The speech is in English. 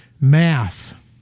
math